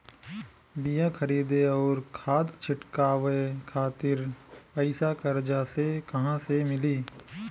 बीया खरीदे आउर खाद छिटवावे खातिर पईसा कर्जा मे कहाँसे मिली?